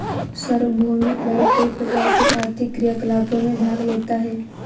सार्वभौमिक बैंक कई प्रकार के आर्थिक क्रियाकलापों में भाग लेता है